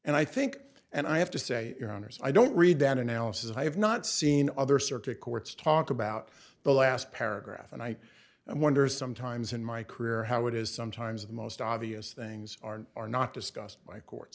and i think and i have to say your honors i don't read that analysis i have not seen other circuit courts talk about the last paragraph and i wonder sometimes in my career how it is sometimes the most obvious things are are not discussed by court